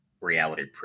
reality